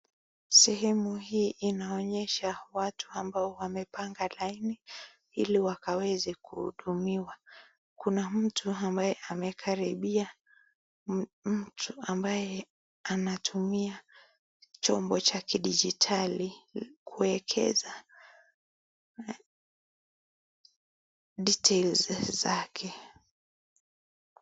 Sehemu hii inaonyesha watu ambao wamepanga laini iliwakaweze kuhudumiwa kuna mtu ambaye amekaribia mtu ambaye anatumia chombo cha kidijitali kuwekeza (details) zake.